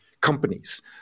companies